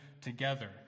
together